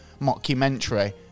mockumentary